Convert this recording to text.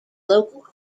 local